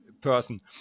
person